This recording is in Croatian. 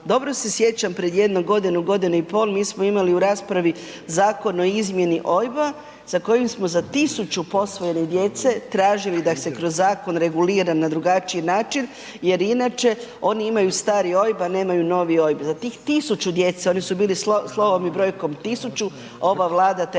dobro se sjećam pred jedno godinu, godinu i pol mi smo imali u raspravi Zakon o izmjeni OIB-a za kojim smo za 1000 posvojene djece tražili da ih se kroz zakon regulira na drugačiji način jer inače oni imaju stari OIB, a nemaju novi OIB. Za tih 1000 djece, oni su bili slovom i brojkom 1000, ova Vlada taj